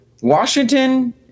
Washington